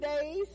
days